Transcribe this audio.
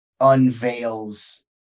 unveils